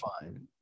fine